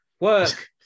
Work